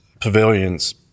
pavilions